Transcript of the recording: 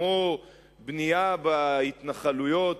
כמו בנייה בהתנחלויות,